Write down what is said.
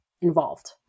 involved